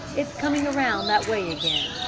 it is coming around that way again.